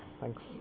Thanks